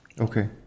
Okay